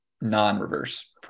non-reverse